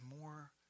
more